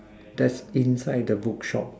that's inside the bookshop